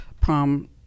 prom